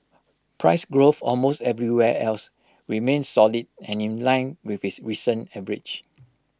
price growth almost everywhere else remained solid and in line with its recent average